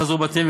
וחזרו לבתיהם.